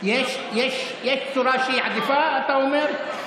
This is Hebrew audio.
יש צורה שהיא עדיפה, אתה אומר?